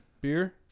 Beer